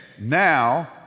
now